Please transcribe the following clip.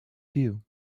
view